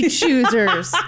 choosers